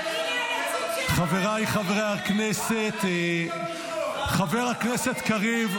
--- חבריי חברי הכנסת, חבר הכנסת קריב,